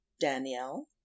Danielle